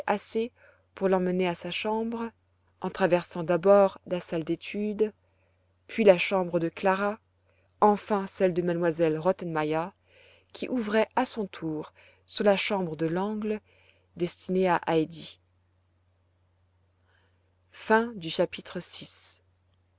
assez pour l'emmener à sa chambre en traversant d'abord la salle d'études puis la chambre de clara enfin celle de m elle rottenmeier qui ouvrait à son tour sur la chambre de l'angle destinée à heidi chapitre vii